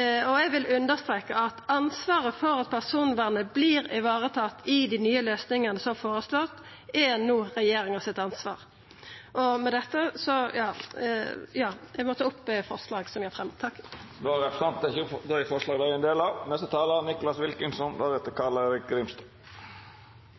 Og eg vil streka under at ansvaret for at personvernet vert varetatt i den nye løysinga som er føreslått, er no regjeringas. – Med dette tek eg opp Senterpartiets forslag. Då har representanten Kjersti Toppe teke opp det forslaget ho refererte. SV støtter loven. Vi